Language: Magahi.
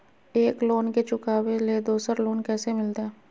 एक लोन के चुकाबे ले दोसर लोन कैसे मिलते?